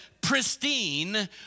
pristine